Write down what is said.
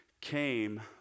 came